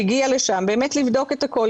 שהגיע לשם לבדוק את הכל,